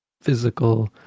physical